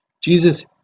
jesus